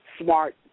smart